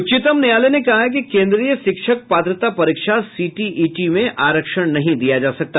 उच्चतम न्यायालय ने कहा है कि केन्द्रीय शिक्षक पात्रता परीक्षा सीटीईटी में आरक्षण नहीं दिया जा सकता